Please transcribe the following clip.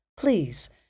Please